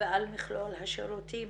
ועל מכלול השירותים